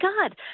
God